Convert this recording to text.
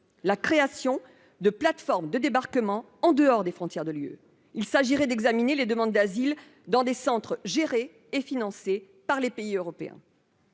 la création de plateformes de débarquement en dehors des frontières de l'Union européenne. Il s'agit d'examiner les demandes d'asile dans des centres gérés et financés par les pays européens.